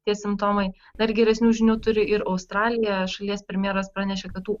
tie simptomai dar geresnių žinių turi ir australija šalies premjeras pranešė kad tų